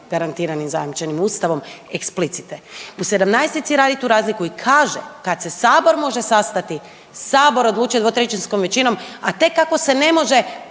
garantiranim i zajamčenim ustavom eksplicite. U 17-ici radi tu razliku i kaže kad se sabor može sastati sabor odlučuje dvotrećinskom većinom, a tek ako se ne može